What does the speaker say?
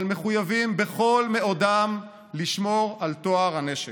אבל מחויבים בכל מאודם לשמור על טוהר הנשק.